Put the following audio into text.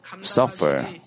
suffer